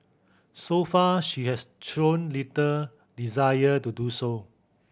so far she has shown little desire to do so